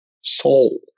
soul